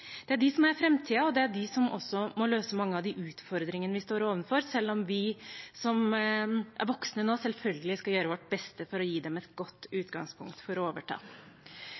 Det er de som er framtiden, og det er de som må løse mange av de utfordringene vi står overfor, selv om vi som er voksne nå, selvfølgelig skal gjøre vårt beste for å gi dem et godt utgangspunkt for å overta.